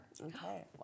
Okay